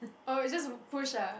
oh is just a push ah